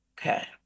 Okay